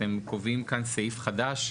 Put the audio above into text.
כשאתם קובעים כאן סעיף חדש,